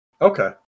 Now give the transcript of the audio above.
Okay